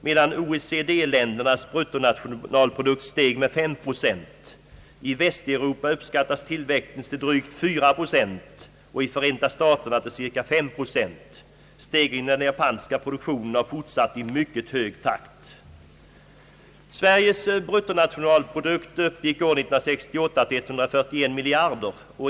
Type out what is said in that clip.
medan OECD ländernas bruttonationalprodukt steg med 5 procent. I Västeuropa uppskattas tillväxten till drygt 4 procent och i Förenta staterna till cirka 5 procent. Stegringen i den japanska produktionen har fortsatt i mycket hög takt. Sveriges bruttonationalprodukt uppgick år 1968 till 141 miljarder.